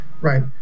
Right